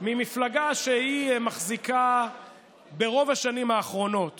ממפלגה שמחזיקה ברוב השנים האחרונות